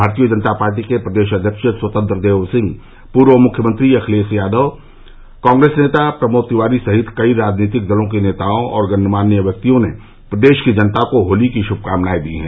भारतीय जनता पार्टी के प्रदेश अध्यक्ष स्वतंत्र देव सिंह पूर्व मुख्यमंत्री अखिलेश यादव कांग्रेस नेता प्रमोद तिवारी सहित कई राजनीतिक दलों के नेताओं और गण्मान्य व्यक्तियों ने प्रदेश की जनता को होली की शुभकामनाएं दी हैं